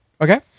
Okay